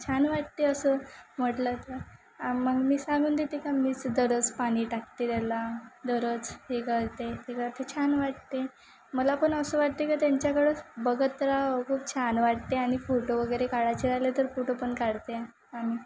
छान वाटते असं म्हटलं तर आ मग मी सांगून देते का मीच दररोज पाणी टाकते त्याला दररोज हे करते ते करते छान वाटते मला पण असं वाटते की त्यांच्याकडं बघत राहावं खूप छान वाटते आणि फोटो वगैरे काढायचे राहिले तर फोटो पण काढते आणि